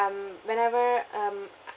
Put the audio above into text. um whenever um uh